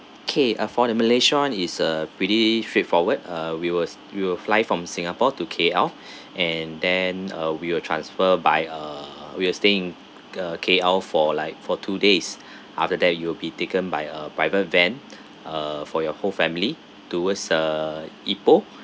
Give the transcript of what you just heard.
K uh for the malaysia is uh pretty straightforward uh we will we will fly from singapore to K_L and then uh we will transfer by uh we're staying uh K_L for like for two days after that you will be taken by a private van uh for your whole family towards uh ipoh